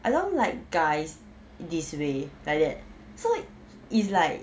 I don't like guys in this way like that so it's like